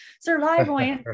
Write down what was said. survival